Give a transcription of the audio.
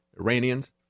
Iranians